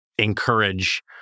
encourage